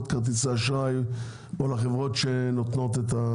כרטיסי האשראי או לחברות שנותנות את ה